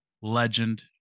legend